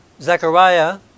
Zechariah